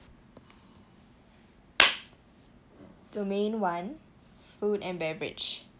domain one food and beverage